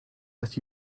that